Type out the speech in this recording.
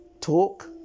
talk